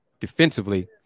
Defensively